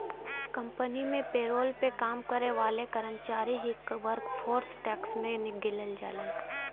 company में payroll पे काम करे वाले कर्मचारी ही वर्कफोर्स टैक्स में गिनल जालन